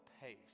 pace